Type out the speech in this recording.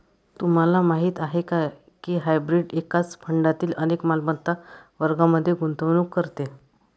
तुम्हाला माहीत आहे का की हायब्रीड एकाच फंडातील अनेक मालमत्ता वर्गांमध्ये गुंतवणूक करते?